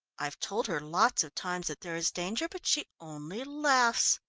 i've told her lots of times that there is danger, but she only laughs.